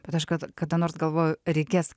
bet aš kad kada nors galvoju reikės